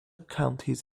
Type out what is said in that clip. counties